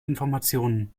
informationen